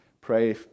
Pray